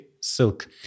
silk